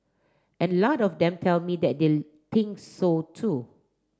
and a lot of them tell me that they think so too